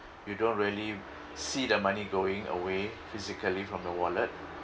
you don't really see the money going away physically from the wallet